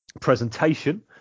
presentation